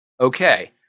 Okay